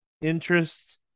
interest